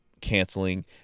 canceling